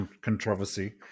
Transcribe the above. controversy